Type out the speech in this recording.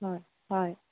হয় হয়